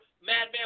Madman